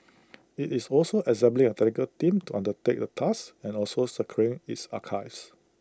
IT is also assembling A technical team to undertake the task and also securing its archives